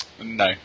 No